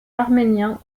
arménien